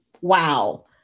wow